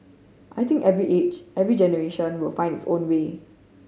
I think every age every generation will find its own way